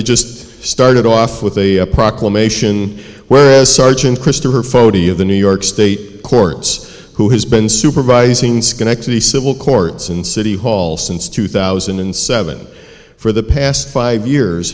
under just started off with a proclamation whereas sergeant christopher foti of the new york state courts who has been supervising schenectady civil courts and city hall since two thousand and seven for the past five years